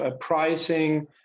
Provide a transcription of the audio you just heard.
pricing